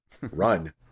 run